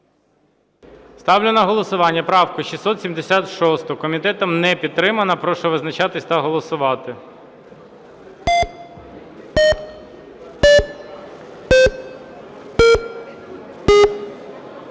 Ставлю на голосування правку 676. Комітетом не підтримана. Прошу визначатись та голосувати.